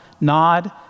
nod